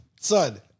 son